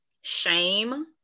shame